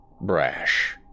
brash